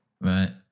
right